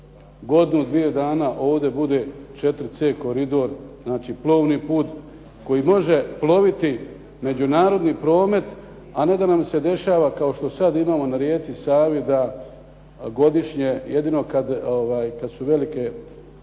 godinu, dvije dana ovdje bude 4C koridor, znači plovni put koji može ploviti međunarodni promet a ne da nam se dešava kao što sad imamo na rijeci Savi da godišnje jedino kad su velike